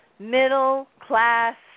middle-class